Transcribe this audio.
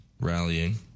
Rallying